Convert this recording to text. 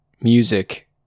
music